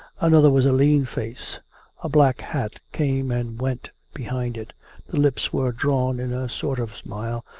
another was a lean face a black hat came and went behind it the lips were drawn in a sort of smile,